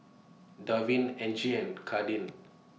Davin Angie and Kadin